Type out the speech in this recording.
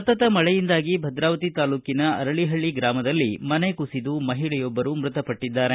ಸತತ ಮಳೆಯಿಂದಾಗಿ ಭದ್ರಾವತಿ ತಾಲ್ಲೂಕಿನ ಅರಳಿಹಳ್ಳಿ ಗ್ರಾಮದಲ್ಲಿ ಮನೆ ಕುಸಿದು ಮಹಿಳೆಯೊಬ್ಬರು ಮೃತಪಟ್ಟಿದ್ಲಾರೆ